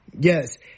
Yes